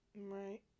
Right